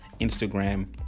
Instagram